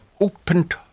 opened